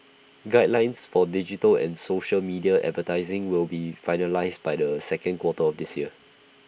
guidelines for digital and social media advertising will be finalised by the second quarter of this year